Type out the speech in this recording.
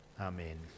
Amen